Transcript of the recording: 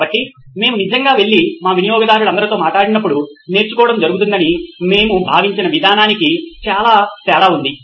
కాబట్టి మేము నిజంగా వెళ్లి మా వినియోగదారులందరితో మాట్లాడినప్పుడు నేర్చుకోవడం జరుగుతుందని మేము భావించిన విధానానికి చాలా తేడా ఉంది